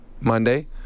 Monday